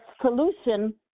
solution